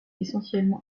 essentiellement